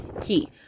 key